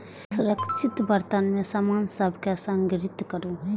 सुरक्षित बर्तन मे सामान सभ कें संग्रहीत करू